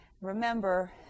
Remember